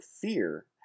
fear